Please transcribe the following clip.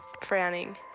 frowning